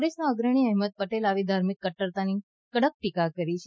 કોંગ્રેસનાં અગ્રણી એફમદ પટેલે આવી ધાર્મિક કદૃરતાની કડક ટીકા કરી છે